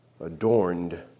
adorned